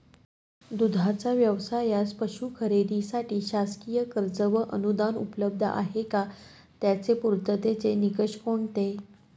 दूधाचा व्यवसायास पशू खरेदीसाठी शासकीय कर्ज व अनुदान उपलब्ध आहे का? त्याचे पूर्ततेचे निकष कोणते?